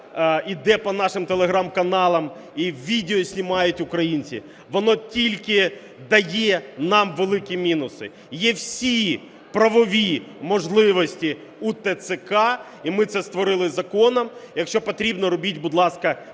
йде по нашим телеграм-каналам і відео знімають українці, воно тільки дає нам великі мінуси. Є всі правові можливості у ТЦК, і ми це створили законом, якщо потрібно, робіть, будь ласка,